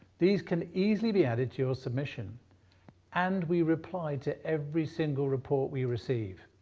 these can easily be added to your submission and we reply to every single report we receive.